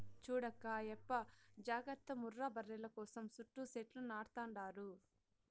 చూడక్కా ఆయప్ప జాగర్త ముర్రా బర్రెల కోసం సుట్టూ సెట్లు నాటతండాడు